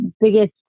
biggest